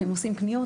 כשעושים קניות,